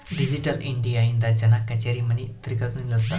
digital India ಇಂದ ಜನ ಕಛೇರಿ ಮನಿ ತಿರ್ಗದು ನಿಲ್ಲುತ್ತ